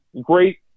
great